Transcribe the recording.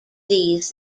these